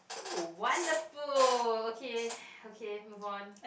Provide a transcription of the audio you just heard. oh wonderful okay okay move on